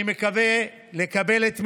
אני מקווה לקבל את תמיכתכם,